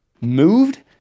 moved